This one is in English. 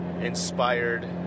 inspired